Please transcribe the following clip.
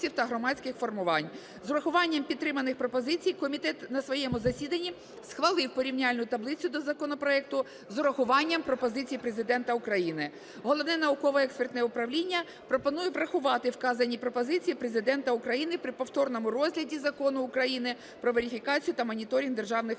З урахуванням підтриманих пропозицій комітет на своєму засіданні схвалив порівняльну таблицю до законопроекту з урахуванням пропозицій Президента України. Головне науково-експертне управління пропонує врахувати вказані пропозиції Президента України при повторному розгляді Закону України "Про верифікацію та моніторинг державних виплат".